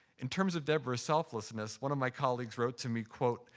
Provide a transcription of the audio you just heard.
in terms of deborah's selflessness, one of my colleagues wrote to me, quote,